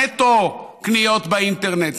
נטו קניות באינטרנט.